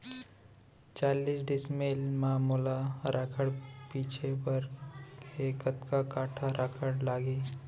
चालीस डिसमिल म मोला राखड़ छिंचे बर हे कतका काठा राखड़ लागही?